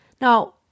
Now